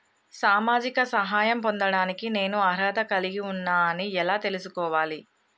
సామాజిక సహాయం పొందడానికి నేను అర్హత కలిగి ఉన్న అని ఎలా తెలుసుకోవాలి?